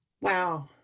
Wow